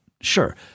Sure